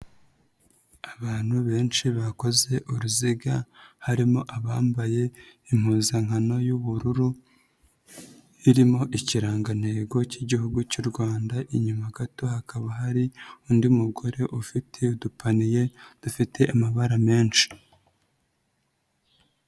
Abantu benshi bakoze uruziga, harimo abambaye impuzankano y'ubururu, irimo ikirangantego cy'igihugu cy'u Rwanda inyuma gato hakaba hari undi mugore ufite udupaniye, dufite amabara menshi.